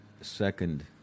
second